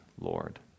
Lord